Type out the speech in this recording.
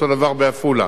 אותו דבר בעפולה.